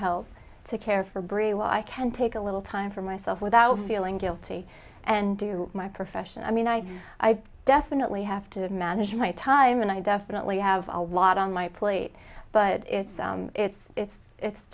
while i can take a little time for myself without feeling guilty and do my profession i mean i i definitely have to manage my time and i definitely have a lot on my plate but it's it's it's it's